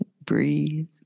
Breathe